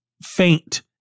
faint